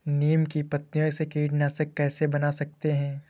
नीम की पत्तियों से कीटनाशक कैसे बना सकते हैं?